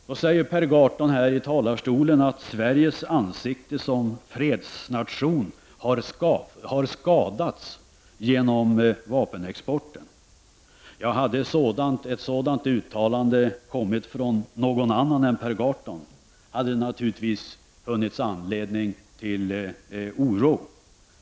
Per Gahrton säger från denna talarstol att Sveriges anseende som fredsnation har skadats genom vapenexporten. Ja, hade ett sådant uttalande kommit från någon annan än Per Gahrton, hade det naturligtvis funnits anledning till oro.